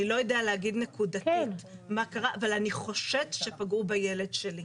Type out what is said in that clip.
אני לא יודע להגיד נקודתית מה קרה אבל אני חושד שפגעו בילד שלי'.